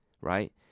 Right